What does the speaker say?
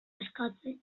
eskatzen